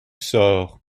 sort